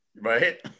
right